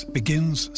begins